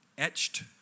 etched